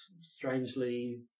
strangely